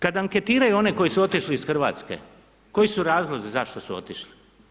Kad anketiraju one koji su otišli iz Hrvatske, koji su razlozi zašto su otišli?